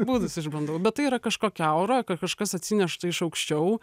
būdus išbandau bet tai yra kažkokia aura ka kažkas atsinešta iš aukščiau